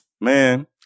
man